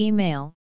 Email